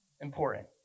important